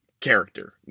character